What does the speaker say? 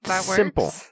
Simple